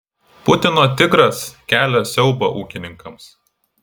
putino tigras kelia siaubą ūkininkams